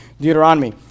Deuteronomy